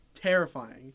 terrifying